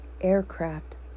Aircraft